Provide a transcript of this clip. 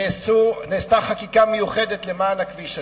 נעשתה חקיקה מיוחדת למען הכביש הזה.